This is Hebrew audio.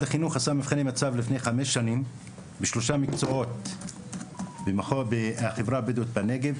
החינוך עשה מבחני מיצ״ב לפני חמש שנים בקרב החברה הבדואית בנגב,